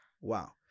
Wow